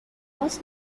was